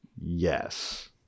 Yes